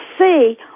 see